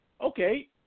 okay